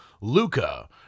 Luca